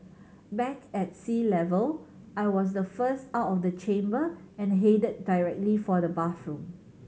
back at sea level I was the first out of the chamber and headed directly for the bathroom